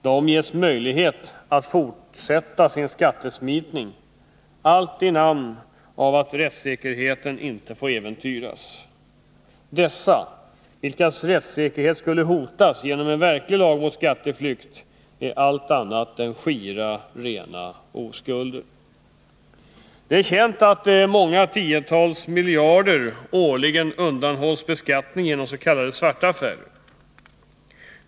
De ges möjlighet att fortsätta sin skattesmitning, allt i namn av att rättssäkerheten inte får äventyras. Dessa personer vilkas rättssäkerhet skulle hotas genom en verklig lag om skatteflykt är allt annat än skira, rena oskulder. Det är känt att många tiotal miljarder årligen undanhålls beskattning genom s.k. svarta affärer.